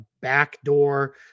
backdoor